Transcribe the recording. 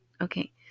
Okay